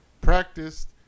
practiced